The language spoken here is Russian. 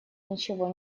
ничего